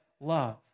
love